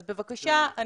אז בבקשה,